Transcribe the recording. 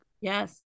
yes